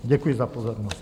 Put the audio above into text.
Děkuji za pozornost.